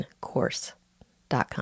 course.com